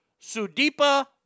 Sudipa